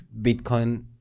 Bitcoin